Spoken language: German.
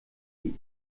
die